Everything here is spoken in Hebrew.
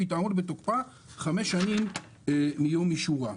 והיא תעמוד בתוקפה חמש שנים מיום אישורה.